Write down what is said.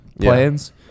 plans